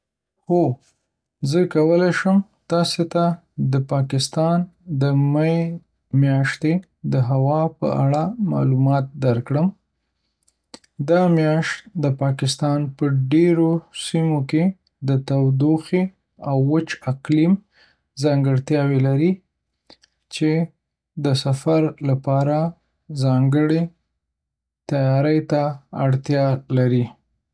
هو، زه کولی شم تاسو ته د پاکستان د می میاشتې د هوا په اړه معلومات درکړم. دا میاشت د پاکستان په ډېرو سیمو کې د تودوخې او وچ اقلیم ځانګړتیاوې لري، چې د سفر لپاره ځانګړې تیاري ته اړتیا لري.